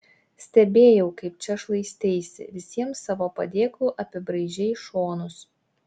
stebėjau kaip čia šlaisteisi visiems savo padėklu apibraižei šonus